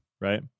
right